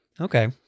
Okay